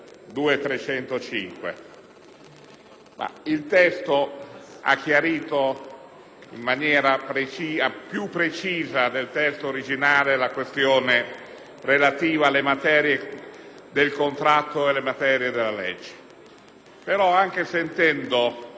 Commissione ha chiarito in maniera più precisa del testo originale la questione relativa alle materie del contratto e della legge, però, anche sentendo il senatore Castro,